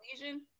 lesion